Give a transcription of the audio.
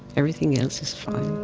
everything else is fine